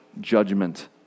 judgment